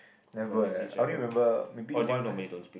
never eh I only remember maybe one